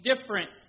different